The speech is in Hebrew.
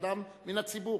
כאדם מן הציבור,